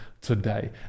today